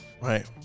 Right